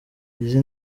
izi